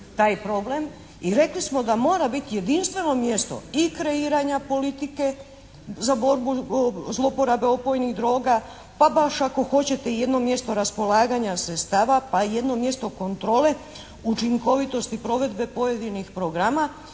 i rekli smo da mora biti jedinstveno mjesto i kreiranja politike za borbu protiv zlouporabe opojnih droga, pa baš ako hoćete i jedno mjesto raspolaganja sredstava, pa jedno mjesto kontrole učinkovitosti provedbe pojedinih programa